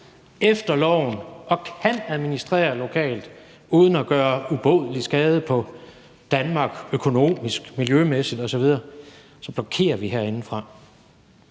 efter loven og kan administrere lokalt uden at gøre ubodelig skade på Danmark økonomisk og miljømæssigt osv., så blokerer vi det herindefra.